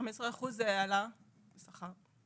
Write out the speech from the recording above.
15 אחוז העלאה בשכר.